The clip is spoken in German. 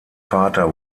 vater